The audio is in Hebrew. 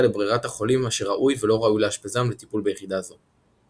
לברירת החולים אשר ראוי ולא ראוי לאשפזם לטיפול ביחידה זו.